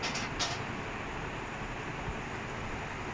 eh அவ்ளோ பெரிய ஆளு நா:avlo periya aalu naa he tried to smuggle